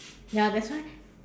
ya that's why